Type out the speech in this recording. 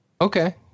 Okay